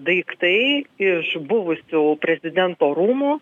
daiktai iš buvusių prezidento rūmų